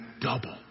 double